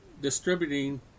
distributing